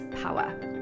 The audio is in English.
power